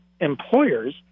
employers